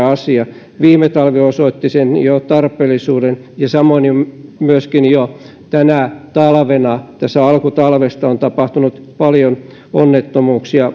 asia viime talvi jo osoitti sen tarpeellisuuden ja samoin myöskin jo tänä talvena tässä alkutalvesta on tapahtunut paljon onnettomuuksia